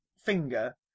finger